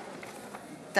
בבקשה, גברתי.